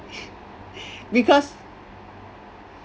because